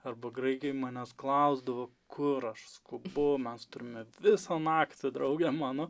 arba graikijoj manęs klausdavo kur aš skubu mes turime visą naktį drauge mano